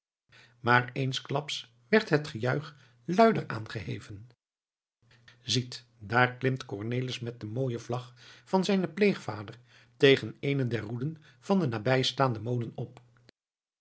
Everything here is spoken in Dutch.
maar eensklaps werd het gejuich luider aangeheven ziet daar klimt cornelis met de mooie vlag van zijnen pleegvader tegen eene der roeden van den nabijstaanden molen op